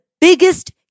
biggest